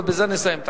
ובזה נסיים את העסק.